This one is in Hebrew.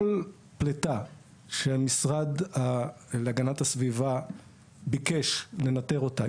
כל פליטה שהמשרד להגנת הסביבה ביקש לנטר אותה,